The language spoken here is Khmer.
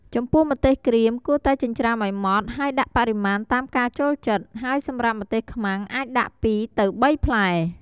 ចំពោះម្ទេសក្រៀម គួរតែចិញ្ច្រាំឱ្យម៉ដ្ឋ ហើយដាក់បរិមាណតាមការចូលចិត្ត ហើយសម្រាប់ម្ទេសខ្មាំងអាចដាក់ ២-៣ ផ្លែ។